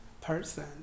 person